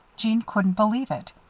jeanne couldn't believe it.